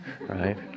right